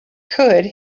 could